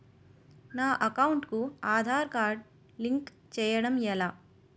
నా అకౌంట్ కు Aadhaar card link చేయడం ఎలా?